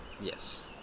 Yes